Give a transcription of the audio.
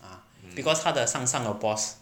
ah because 他的上上的 boss